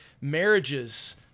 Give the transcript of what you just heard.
marriages